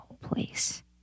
place